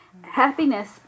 Happiness